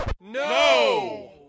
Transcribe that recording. No